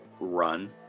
run